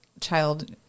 child